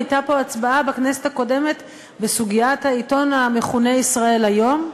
הייתה פה הצבעה בכנסת הקודמת בסוגיית העיתון המכונה "ישראל היום",